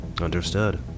Understood